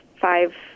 five